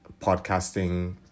podcasting